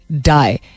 die